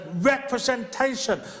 representation